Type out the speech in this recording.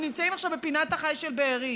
הם נמצאים עכשיו בפינת החי של בארי.